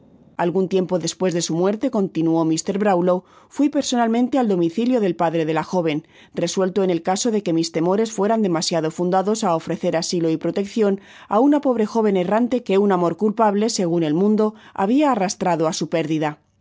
algun tiempo despues desu muerte continuó mr bronwlow fui personalmente al domicilio del padre da la joven resuelto en el caso de que mis temores fueran demasiada fundados á ofrecer asilo y proteccion á una pobre joven enante que un amor culpable segun el mundo habia arrastrado á su pérdida